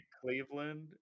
Cleveland